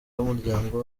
w’umuryango